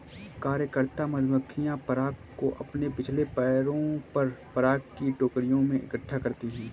कार्यकर्ता मधुमक्खियां पराग को अपने पिछले पैरों पर पराग की टोकरियों में इकट्ठा करती हैं